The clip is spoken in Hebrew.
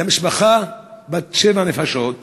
למשפחה בת שבע נפשות.